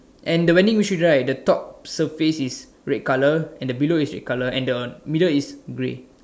and the vending machine right the top surface is red colour and the below is red colour and the middle is grey